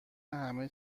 همه